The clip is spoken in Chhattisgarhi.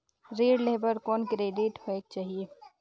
ऋण लेहे बर कौन क्रेडिट होयक चाही?